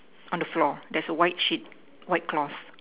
on the floor there's a white sheet white cloth